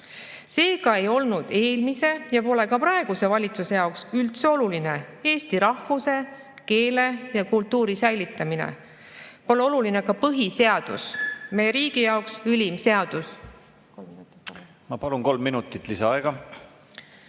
Seega ei olnud eelmise ja pole ka praeguse valitsuse jaoks üldse oluline eesti rahvuse, keele ja kultuuri säilitamine, pole oluline ka põhiseadus, meie riigi jaoks ülim seadus. Palun kolm minutit juurde.